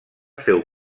féu